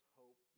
hope